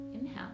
inhale